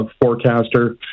forecaster